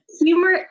Humor